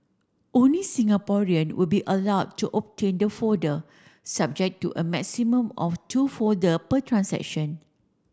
only Singaporean will be allowed to obtain the folder subject to a maximum of two folder per transaction